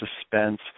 suspense